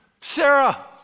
Sarah